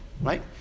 right